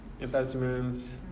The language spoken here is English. attachments